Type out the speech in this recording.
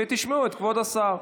ותשמעו את כבוד השר.